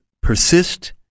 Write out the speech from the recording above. persist